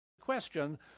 question